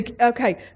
Okay